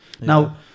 Now